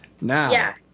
now